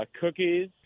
cookies